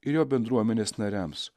ir jo bendruomenės nariams